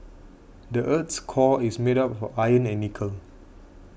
the earth's core is made up for iron and nickel